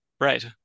Right